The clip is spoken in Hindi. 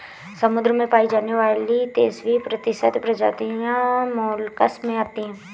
समुद्र में पाई जाने वाली तेइस प्रतिशत प्रजातियां मोलस्क में आती है